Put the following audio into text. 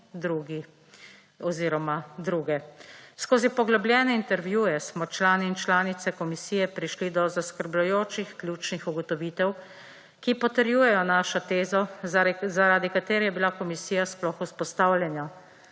Skozi poglobljene intervjuje smo člani in članice komisije prišli do zaskrbljujočih ključnih ugotovitev, ki potrjujejo našo tezo, zaradi katere je bila komisija sploh vzpostavljena,